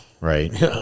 right